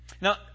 Now